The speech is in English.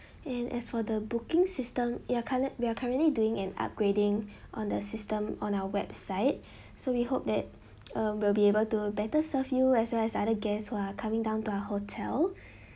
and as for the booking system we are curre~ we are currently doing an upgrading on the system on our website so we hope that uh we'll be able to better serve you as well as other guests who are coming down to our hotel